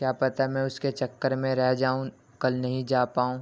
کیا پتا میں اس کے چکر ميں رہ جاؤں کل نہيں جا پاؤں